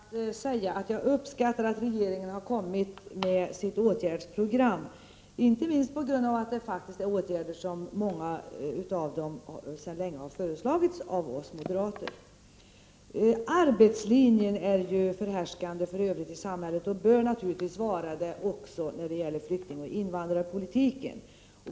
Herr talman! Jag vill sluta denna debatt med att säga att jag uppskattar att regeringen har kommit med sitt åtgärdsprogram, inte minst på grund av att många av åtgärderna sedan länge har föreslagits av oss moderater. Arbetslinjen är förhärskande i samhället i övrigt och bör naturligtvis vara det också när det gäller flyktingoch invandrarpolitiken.